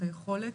את היכולת,